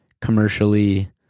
commercially